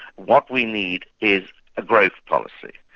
what we need is a growth policy.